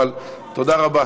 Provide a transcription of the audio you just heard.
תודה רבה.